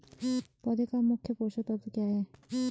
पौधें का मुख्य पोषक तत्व क्या है?